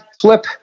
flip